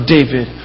David